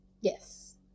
Yes